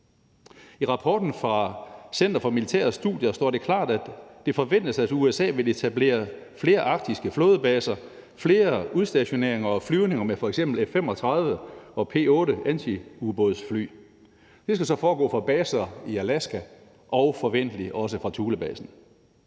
I rapporten fra Center for Militære Studier står det klart, at det forventes, at USA vil etablere flere arktiske flådebaser, flere udstationeringer og flyvninger med f.eks. F-35 og P-8-antiubådsfly. Det skal så foregå fra baser i Alaska og forventelig også fra Thulebasen.